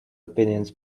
opinion